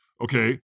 okay